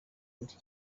indi